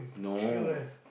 no